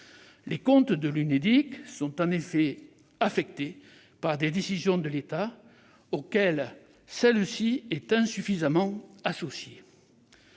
Les comptes de l'Unédic sont, en effet, affectés par des décisions de l'État auxquelles elle est insuffisamment associée.